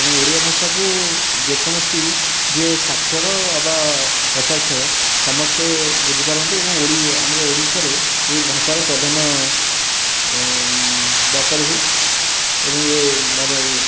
ତେଣୁ ଓଡ଼ିଆ ଭାଷାକୁ ଯେକୌଣସି ଯିଏ ସାକ୍ଷର ଅବା ଅସାକ୍ଷର ସମସ୍ତେ ବୁଝିପାରନ୍ତି ଏବଂ ଓଡ଼ି ଆମର ଓଡ଼ିଶାରେ ଏହି ଭାଷାର ପ୍ରଧାନ ଦରକାର ହୁଏ ଏବଂ ଏ ମଦ ଏ